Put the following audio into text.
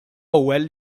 ewwel